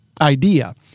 idea